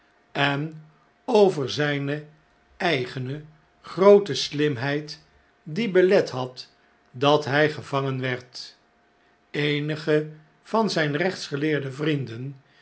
en over zijne eigene groote slimheid die belet had dat hij gevangen werd eenige van zijn rechtsgeleerde vrienden